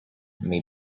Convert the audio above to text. may